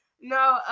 No